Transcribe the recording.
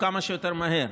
כמה שיותר מהר.